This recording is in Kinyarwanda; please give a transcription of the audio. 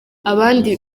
abandi